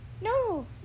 no